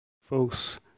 Folks